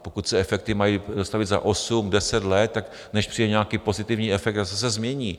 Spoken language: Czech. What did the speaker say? Pokud se efekty mají dostavit za osm, deset let, tak než přijde nějaký pozitivní efekt, zase se změní.